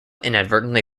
inadvertently